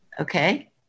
Okay